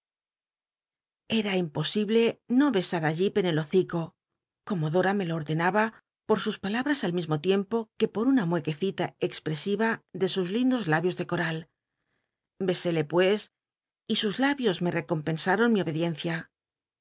era imposible no besar á jip en el hocico como dora me lo ordenaba por sus palabras al mismo tiempo que por una muequecilla expresiva de sus lindos labios de coral bcséle pues y sus labios me recompensaron mi obediencia